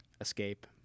escape